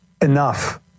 enough